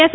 S